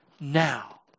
Now